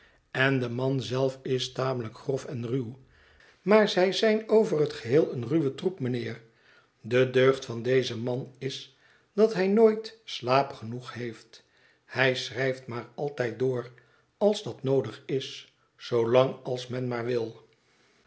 en de man zelf is tamelijk grof en ruw maar zij zijn over het geheel een ruwe troep mijnheer de deugd van dezen man is dat hij nooit slaap noodig heeft hij schrijft maar altijd door als dat noodig is zoolang als men maar wil